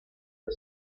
the